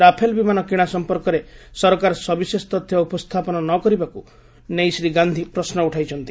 Rafale ବିମାନ କିଣା ସମ୍ପର୍କରେ ସରକାର ସବିଶେଷ ତଥ୍ୟ ଉପସ୍ଥାପନ ନ କରିବାକୁ ନେଇ ଶ୍ରୀ ଗାନ୍ଧି ପ୍ରଶ୍ନ ଉଠାଇଛନ୍ତି